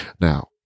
Now